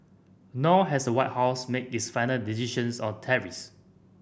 nor has the White House made its final decisions on tariffs